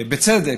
בצדק,